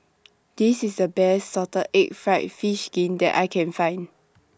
This IS The Best Salted Egg Fried Fish Skin that I Can Find